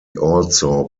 also